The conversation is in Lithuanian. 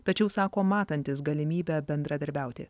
tačiau sako matantis galimybę bendradarbiauti